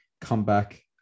comeback